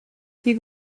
hier